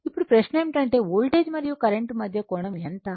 ఇప్పుడు ప్రశ్న ఏమిటంటే వోల్టేజ్ మరియు కరెంట్ మధ్య కోణం ఎంత